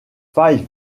five